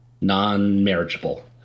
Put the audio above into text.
non-marriageable